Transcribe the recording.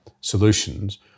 solutions